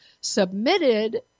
submitted